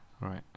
right